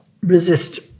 resist